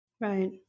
Right